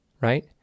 right